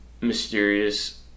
mysterious